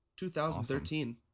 2013